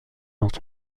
dans